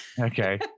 Okay